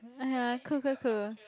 ah ya cool cool cool